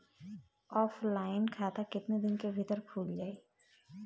Offline खाता केतना दिन के भीतर खुल जाई?